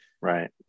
right